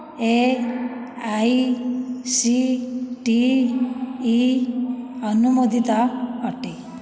A I C T E ଅନୁମୋଦିତ ଅଟେ